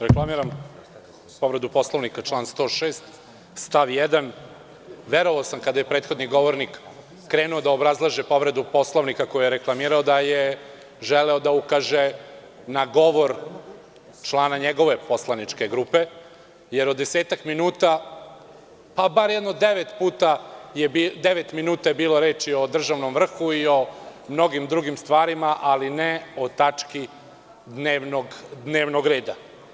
Reklamiram povredu Poslovnika, član 106. stav 1. Verovao sam kada je prethodni govornik krenuo da obrazlaže povredu Poslovnika, pa je reklamirao da je želeo da ukaže na govor člana njegove poslaničke grupe, jer od 10 minuta bar je devet minuta bilo reči o državnom vrhu i o mnogim drugim stvarima, ali ne o tački dnevnog reda.